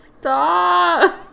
Stop